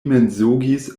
mensogis